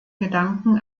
gedanken